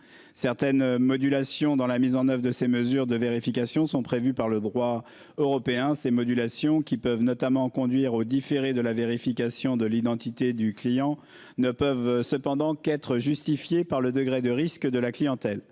certaines modulations dans la mise en oeuvre de ces mesures de vérification sont prévues par le droit européen c'est modulation qui peuvent notamment conduire au différé de la vérification de l'identité du client ne peuvent cependant qu'être justifié par le degré de risque de la clientèle.